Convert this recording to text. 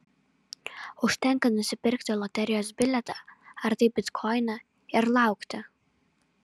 užtenka nusipirkti loterijos bilietą ar tai bitkoiną ir laukti